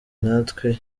natwe